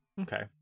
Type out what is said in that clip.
Okay